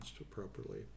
appropriately